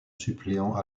suppléant